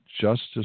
justice